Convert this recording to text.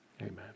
Amen